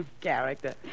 Character